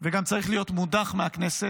וגם צריך להיות מודח מהכנסת.